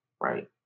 right